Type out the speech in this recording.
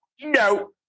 no